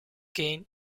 gain